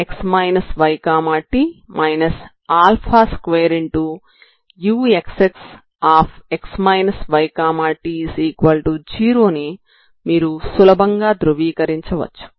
utx yt 2uxxx yt0ని మీరు సులభంగా ధ్రువీకరించవచ్చు